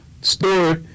Story